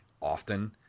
often